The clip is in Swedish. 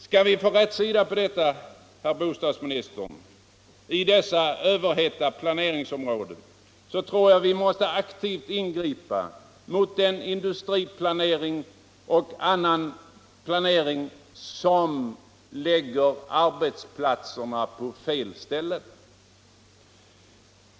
Skall vi i framtiden, herr bostadsminister, få någon rätsida på industriplanering och bostadsplanering i dessa överhettade områden, tror jag vi måste aktivt ingripa mot den industriplanering och annan planering som innebär att arbetsplatserna läggs på fel ställen.